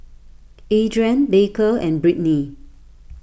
Adriene Baker and Brittni